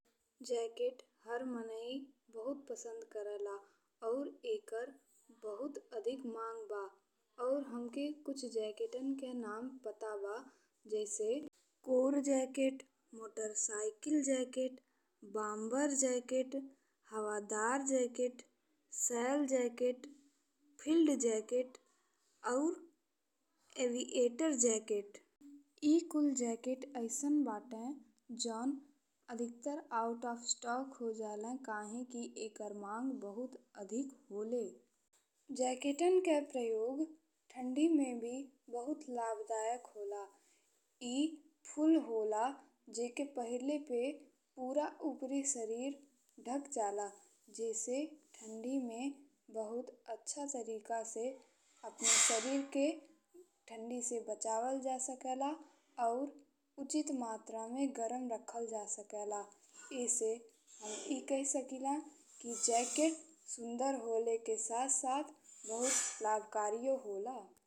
Jacket हर मनई बहुत पसंद करे ला और एकर बहुत अधिक मांग बा और हमके कुछ जैकेटन के नाम पता बा जैसे core jacket, motorcycle jacket, bomber jacket, हवादार जैकेट, शैली जैकेट, फील्ड जैकेट और एविएटर जैकेट। ए कुल जैकेट अइसन बाटे जौन अधिकतर आउट ऑफ स्टॉक हो जाले काहेकि एकर मांग बहुत अधिक होला। जैकेटन के प्रयोग ठंडी में भी बहुत लाभदायक होला। ए फूल होला जेके पहिरले पे पूरा ऊपर शरीर ढक जाला जैसे ठंडी में बहुत अच्छा तरीका से अपने शरीर के ठंडी से बचावल जा सकेला और उचित मात्रा में गरम रखल जा सकेला। ई से हम ए कही सकिला कि जैकेट सुंदर होले के साथ साथ बहुत लाभकारी होला।